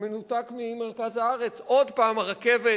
שמנותק ממרכז הארץ, עוד פעם הרכבת